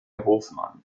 hofmann